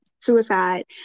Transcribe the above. suicide